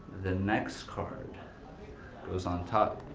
the next card goes on top.